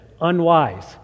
Unwise